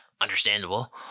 understandable